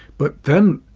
but then,